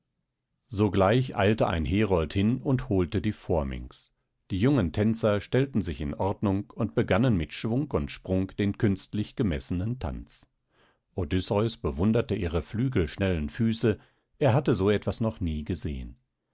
sogleich eilte ein herold hin und holte die phorminx die jungen tänzer stellten sich in ordnung und begannen mit schwung und sprung den künstlich gemessenen tanz odysseus bewunderte ihre flügelschnellen füße er hatte so etwas noch nie gesehen